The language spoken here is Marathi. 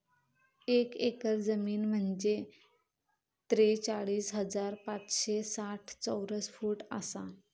एक एकर जमीन म्हंजे त्रेचाळीस हजार पाचशे साठ चौरस फूट आसा